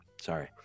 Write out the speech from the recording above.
Sorry